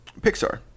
Pixar